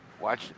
watch